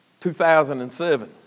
2007